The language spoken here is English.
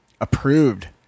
approved